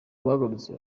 bagarutse